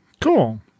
Cool